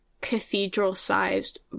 cathedral-sized